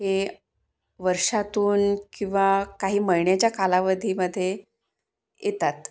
हे वर्षातून किंवा काही महिन्याच्या कालावधीमध्ये येतात